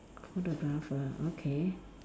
photographer okay